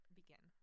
begin